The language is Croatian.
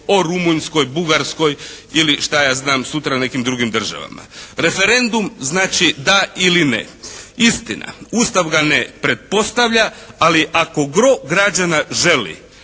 o Rumunjskoj, Bugarskoj ili šta ja znam, sutra nekim drugim državama. Referendum znači da ili ne. Istina, Ustav ga ne pretpostavlja, ali ako gro građana želi,